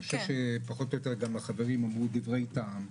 אני חושב שפחות או יותר גם החברים אמרו דברי טעם.